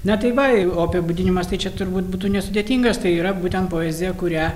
na tai va o apibūdinimas tai čia turbūt būtų nesudėtingas tai yra būtent poezija kurią